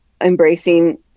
embracing